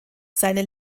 seine